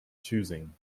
choosing